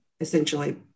essentially